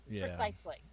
Precisely